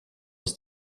aus